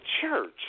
church